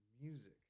music